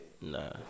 Nah